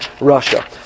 Russia